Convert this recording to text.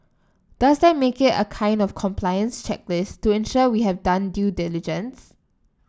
does that make it a kind of compliance checklist to ensure we have done due diligence